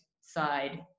side